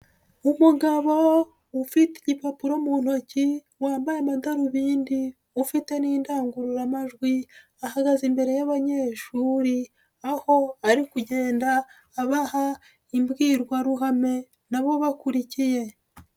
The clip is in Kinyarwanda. Umugabo ufite igipapuro mu ntoki wambaye amadarubindi ufite n'indangururamajwi, ahagaze imbere y'abanyeshuri aho ari kugenda abaha imbwirwaruhame na bo bakurikiye.